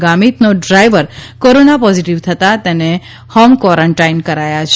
ગામીતનો driver corona positive થતા તેમને home quarantine કરાયા છે